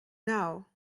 now